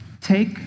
Take